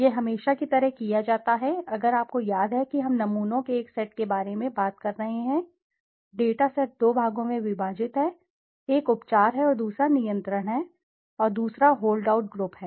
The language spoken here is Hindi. यह हमेशा की तरह किया जाता है अगर आपको याद है कि हम नमूनों के एक सेट के बारे में बात कर रहे हैं डेटा सेट दो भागों में विभाजित है एक उपचार है और दूसरा नियंत्रण है और दूसरा होल्ड आउट ग्रुप है